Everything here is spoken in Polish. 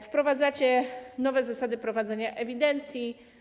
Wprowadzacie nowe zasady prowadzenia ewidencji.